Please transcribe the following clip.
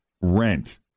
rent